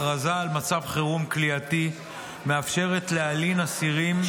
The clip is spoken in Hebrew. הכרזה על מצב חירום כליאתי מאפשר להלין אסירים